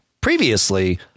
previously